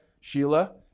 Sheila